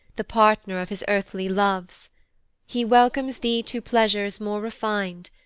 the partner of his earthly loves he welcomes thee to pleasures more refin'd,